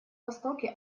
востоке